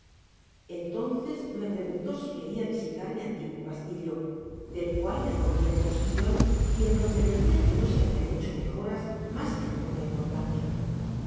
entonces me preguntó si queria visitar mi antiguo castillo del cual me pondria en posesion y en donde veria que no se habian hecho mejoras mas que de poca importancia